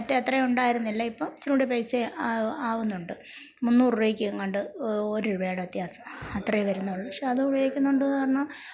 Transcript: നേരത്തെ അത്രയും ഉണ്ടായിരുന്നില്ല ഇപ്പോൾ ഇച്ചിരിയും കൂടി പൈസ ആകുന്നുണ്ട് മുന്നൂറ് രൂപയ്ക്കെങ്ങാണ്ട് ഒര് രൂപയുടെ വ്യത്യാസം അത്രയെ വരുന്നുള്ളൂ പക്ഷേ അത് ഉപയോഗിക്കുന്നത് കൊണ്ട് കാരണം